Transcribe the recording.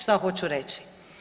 Šta hoću reći?